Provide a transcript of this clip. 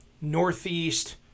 northeast